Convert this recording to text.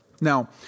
Now